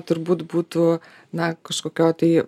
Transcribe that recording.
turbūt būtų na kažkokio tai